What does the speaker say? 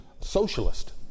socialist